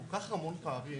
כל כך המון פערים